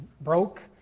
broke